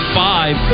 five